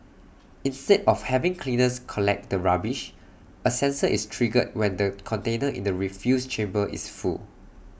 instead of having cleaners collect the rubbish A sensor is triggered when the container in the refuse chamber is full